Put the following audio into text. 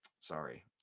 sorry